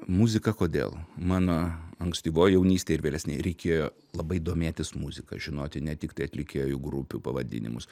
muzika kodėl mano ankstyvoj jaunystėj ir vėlesnėj reikėjo labai domėtis muzika žinoti ne tiktai atlikėjų grupių pavadinimus